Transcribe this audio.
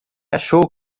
achou